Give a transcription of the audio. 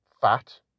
fat